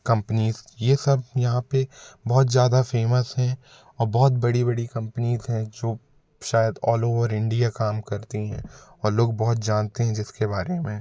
companies ये सब यहाँ पे बहुत ज़्यादा फेमस हैं और बहुत बड़ी बड़ी कंपनीज़ हैं जो शायद ऑल ओवर इंडिया काम करती हैं और लोग बहुत जानते हैं जिसके बारे में